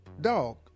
dog